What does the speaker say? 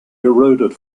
eroded